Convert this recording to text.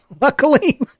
Luckily